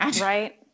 Right